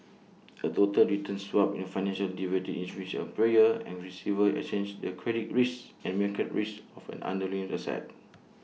A total return swap in financial derivative in which A payer and receiver exchange the credit risk and market risk of an underlying asset